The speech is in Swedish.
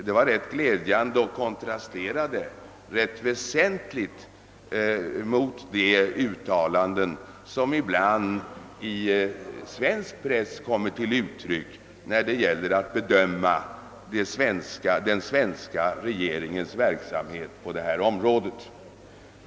Detta var glädjande och kontrasterade ganska väsentligt mot de uttalanden som ibland kommit till uttryck i svensk press, när det gällt att bedöma den svenska regeringens verksamhet på detta område.